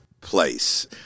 place